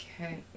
okay